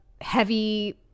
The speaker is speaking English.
heavy